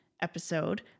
episode